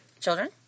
children